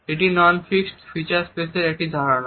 এটি non fixed feature স্পেসের একটি ধারণা